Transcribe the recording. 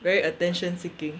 very attention seeking